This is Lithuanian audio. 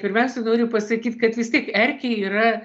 pirmiausiai noriu pasakyti kad vis tiek erkei yra